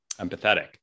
empathetic